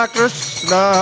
Krishna